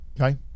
Okay